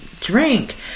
drink